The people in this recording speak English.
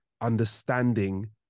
understanding